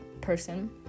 person